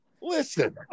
listen